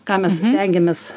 ką mes stengiamės